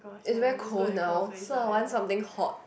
is very cold now so I want something hot